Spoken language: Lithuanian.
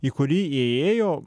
į kurį įėjo